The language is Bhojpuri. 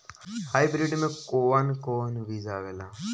हाइब्रिड में कोवन कोवन बीज आवेला?